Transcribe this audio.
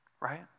right